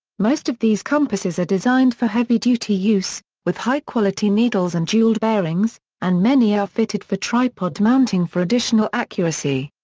most of these compasses are designed for heavy-duty use, with high-quality needles and jeweled bearings, and many are fitted for tripod mounting for additional accuracy.